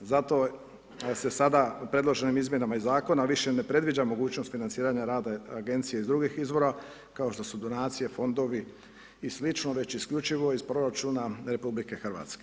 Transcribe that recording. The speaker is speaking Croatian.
Zato se sada predloženim izmjenama i zakona više ne predviđa mogućnost financiranja rada agencije iz drugih izvora, kao što su donacije, fondovi i sl. već isključivo iz proračuna RH.